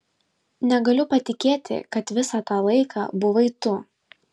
negaliu patikėti kad visą tą laiką buvai tu